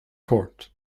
court